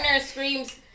screams